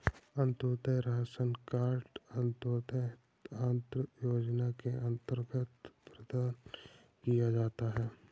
Antyodaya ration card Antyodaya अन्न योजना के अंतर्गत प्रदान किया जाता है